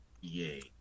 Yay